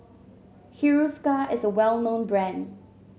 Hiruscar is a well known brand